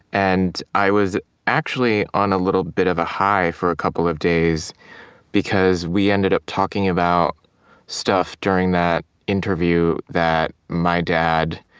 and i was actually on a little bit of a high for a couple of days because we ended up talking about stuff during that interview that my dad,